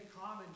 common